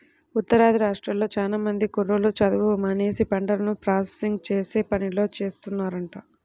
ఉత్తరాది రాష్ట్రాల్లో చానా మంది కుర్రోళ్ళు చదువు మానేసి పంటను ప్రాసెసింగ్ చేసే పనిలో చేరుతున్నారంట